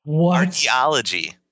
archaeology